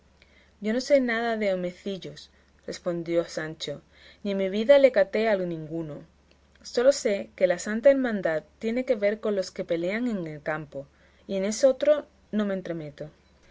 yo no sé nada de omecillos respondió sancho ni en mi vida le caté a ninguno sólo sé que la santa hermandad tiene que ver con los que pelean en el campo y en esotro no me